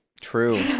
True